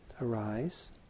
arise